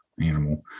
animal